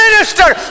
Minister